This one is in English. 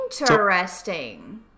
Interesting